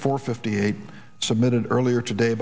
four fifty eight submitted earlier today